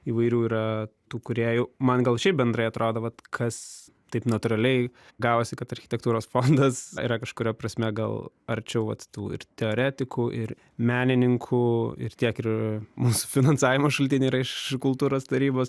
įvairių yra tų kūrėjų man gal šiaip bendrai atrodo vat kas taip natūraliai gavosi kad architektūros fondas yra kažkuria prasme gal arčiau vat tų ir teoretikų ir menininkų ir tiek ir mūsų finansavimo šaltiniai yra iš kultūros tarybos